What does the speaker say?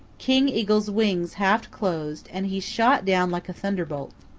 king eagle's wings half closed and he shot down like a thunderbolt.